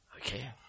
Okay